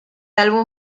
álbum